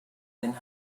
then